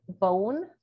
bone